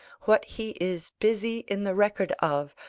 what he is busy in the record of,